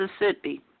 Mississippi